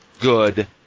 good